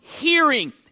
Hearing